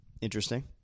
Interesting